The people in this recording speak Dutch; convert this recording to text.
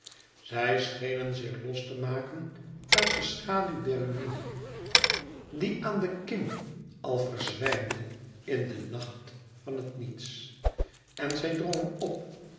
zij schenen zich los te maken uit de schaduw der ruïne die aan de kim al verzwijmde in den nacht van het niets en zij drongen op